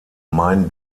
main